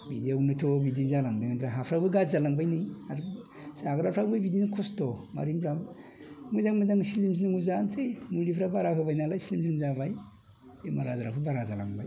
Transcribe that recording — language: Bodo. बिदियावनोथ' बिदिनो जालांदों दा हाफ्राबो गाज्रि जालांबाय नै जाग्राफ्राबो बिदिनो खस्थ' मारै होनब्ला मोजां मोजां स्लिम स्लिम जानोसै मुलिफ्रा बारा होबाय नालाय स्लिम स्लिम जाबाय बेमार आजारफ्रा बारा जालांबाय